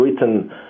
written